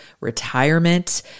retirement